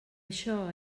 això